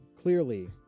Clearly